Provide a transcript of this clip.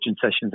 sessions